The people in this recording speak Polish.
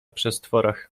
przestworach